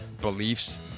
beliefs